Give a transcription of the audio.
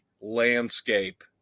landscape